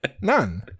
None